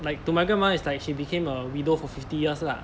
like to my grandma is like she became a widow for fifty years lah